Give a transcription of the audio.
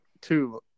two